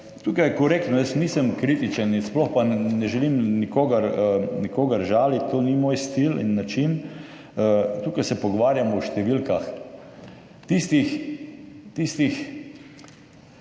Tukaj je korektno, jaz nisem kritičen, sploh pa ne želim nikogar žaliti, to ni moj stil in način. Tukaj se pogovarjamo o številkah, tistih